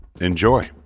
Enjoy